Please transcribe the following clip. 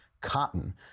cotton